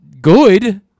good